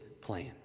plan